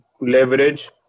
leverage